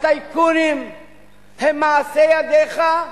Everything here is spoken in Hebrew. הטייקונים הם מעשה ידיך,